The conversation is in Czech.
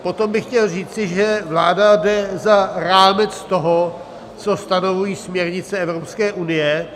Potom bych chtěl říci, že vláda jde za rámec toho, co stanovují směrnice Evropské unie.